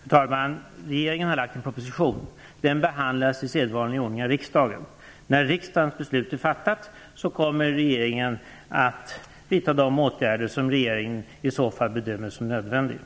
Fru talman! Regeringen har lagt fram en proposition. Den behandlas i sedvanlig ordning av riksdagen. När riksdagens beslut är fattat kommer regeringen att vidta de åtgärder som regeringen i så fall bedömer som nödvändiga.